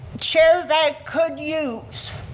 chair-a-van could use